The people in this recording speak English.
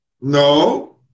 No